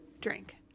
drink